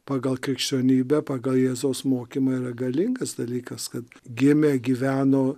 pagal krikščionybę pagal jėzaus mokymą yra galingas dalykas kad gimė gyveno